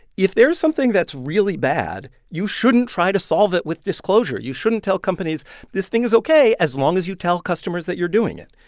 if there's something that's really bad, you shouldn't try to solve it with disclosure. you shouldn't tell companies this thing is ok as long as you tell customers that you're doing it.